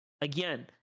again